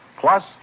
plus